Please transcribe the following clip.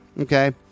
Okay